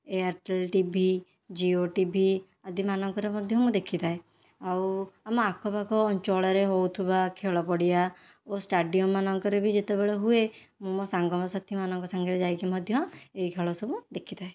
Airtel TV Jio TV ଆଦିମାନଙ୍କରେ ମଧ୍ୟ ମୁଁ ଦେଖିଥାଏ ଆଉ ଆମ ଆଖପାଖ ଅଞ୍ଚଳରେ ହେଉଥିବା ଖେଳ ପଡ଼ିଆ ଓ ଷ୍ଟାଡ଼ିୟମ ମାନଙ୍କରେ ବି ଯେତେବେଳେ ହୁଏ ମୁଁ ମୋ ସାଙ୍ଗସାଥିମାନଙ୍କ ସାଙ୍ଗରେ ଯାଇକି ମଧ୍ୟ ଏହି ଖେଳ ସବୁ ଦେଖିଥାଏ